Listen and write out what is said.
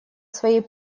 своей